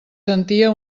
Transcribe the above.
sentia